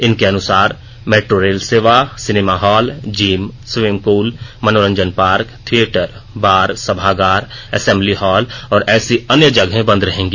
इनके अनुसार metro rail सेवा cinema hall gym swimming pool मनोरंजन पार्क थिएटर बार सभागार असेम्बली हॉल और ऐसी अन्य जगहें बंद रहेंगी